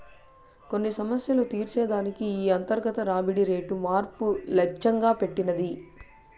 కొన్ని సమస్యలు తీర్చే దానికి ఈ అంతర్గత రాబడి రేటు మార్పు లచ్చెంగా పెట్టినది